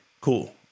Cool